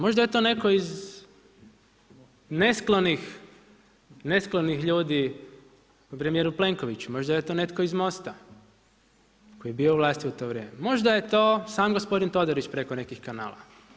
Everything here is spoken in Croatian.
Možda je to neko iz nesklonih ljudi na premijeru Plenkoviću, možda je to netko iz Most-a tko je bio u vlasti u to vrijeme, možda je to sam gospodin Todorić preko nekih kanala.